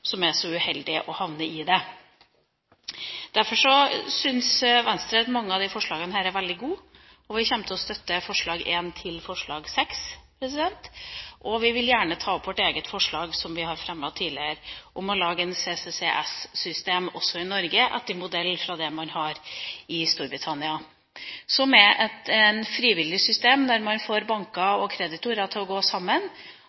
som er så uheldige å havne i det. Derfor syns Venstre at mange av disse forslagene er veldig gode. Vi kommer til å støtte forslagene nr. 1–6, og vi vil gjerne ta opp vårt eget forslag som vi har fremmet tidligere, om å lage et CCCS-system også i Norge etter modell av det man har i Storbritannia. Det er et frivillig system der man får